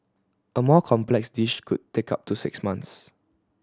a more complex dish could take up to six months